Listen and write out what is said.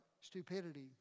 stupidity